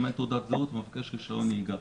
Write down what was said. אם אין תעודת זהות הוא מבקש רישיון נהיגה.